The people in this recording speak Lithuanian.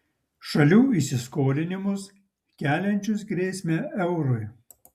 šalių įsiskolinimus keliančius grėsmę eurui